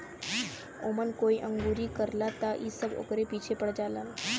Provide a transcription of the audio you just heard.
ओमन कोई अंगुरी करला त इ सब ओकरे पीछे पड़ जालन